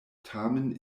tamen